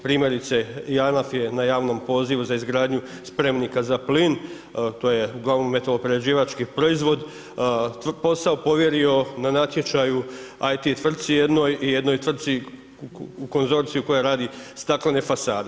Primjerice JANAF je na javnom pozivu za izgradnju spremnika za plin, to je uglavnom metaloprerađivački proizvod posao povjerio na natječaju IT tvrci jednoj i jednoj tvrci u konzorciju koja radi staklene fasade.